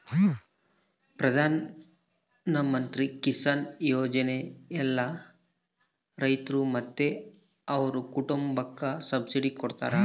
ಪ್ರಧಾನಮಂತ್ರಿ ಕಿಸಾನ್ ಯೋಜನೆಲಾಸಿ ಎಲ್ಲಾ ರೈತ್ರು ಮತ್ತೆ ಅವ್ರ್ ಕುಟುಂಬುಕ್ಕ ಸಬ್ಸಿಡಿ ಕೊಡ್ತಾರ